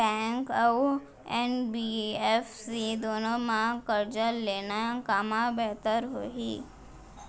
Bank अऊ NBFC दूनो मा करजा लेना कामा बेहतर होही?